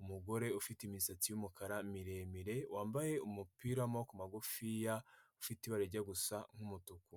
umugore ufite imisatsi y'umukara miremire wambaye umupira w’amaboko magufiya ufite ibara rijya gusa nk’umutuku.